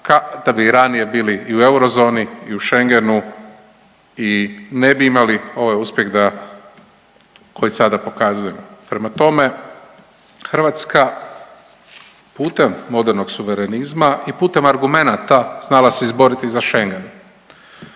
da bi ranije bili i u eurozoni i u Schengenu i ne bi imali ovaj uspjeh da, koji sada pokazujemo. Prema tome, Hrvatska putem modernog suverenzima i putem argumenata znala se izboriti za Schengen.